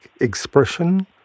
expression